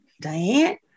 Diane